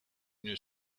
une